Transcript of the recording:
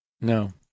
No